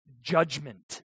judgment